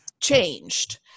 changed